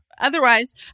Otherwise